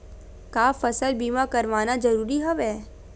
का फसल बीमा करवाना ज़रूरी हवय?